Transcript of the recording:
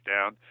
down